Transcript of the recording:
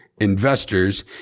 investors